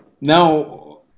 Now